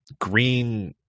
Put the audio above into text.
green